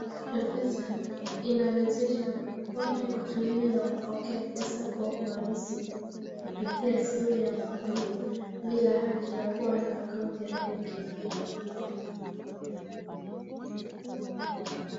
Mpesa inawezesha watu kutumia na kupokea pesa kwa urahisi, kupitia simu ya mkononi bila haja ya kuwa na akaunti ya benki.